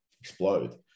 explode